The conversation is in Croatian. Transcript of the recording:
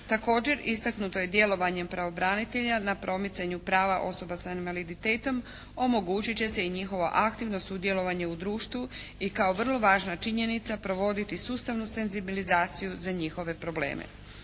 Također istaknuto je djelovanjem pravobranitelja na promicanju prava osoba sa invaliditetom omogućit će se i njihovo aktivno sudjelovanje u društvu. I kao vrlo važna činjenica provoditi sustavnu senzibilizaciju za njihove probleme.